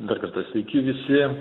dar kartą sveiki visi